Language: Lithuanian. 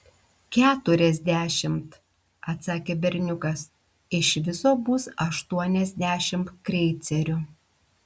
keturiasdešimt atsakė berniukas iš viso bus aštuoniasdešimt kreicerių